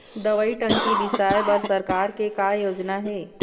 दवई टंकी बिसाए बर सरकार के का योजना हे?